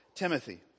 Timothy